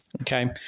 okay